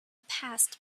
past